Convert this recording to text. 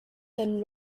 then